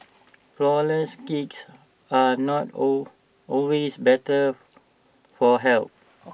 Flourless Cakes are not all always better for health